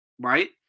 Right